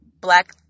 black